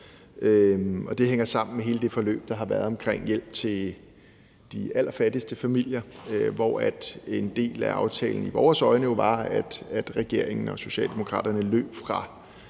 det hænger sammen med hele det forløb, der har været omkring hjælp til de allerfattigste familier, hvor en del af aftalen i vores øjne jo var, at regeringen og Socialdemokraterne løb fra